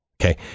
Okay